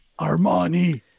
Armani